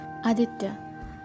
Aditya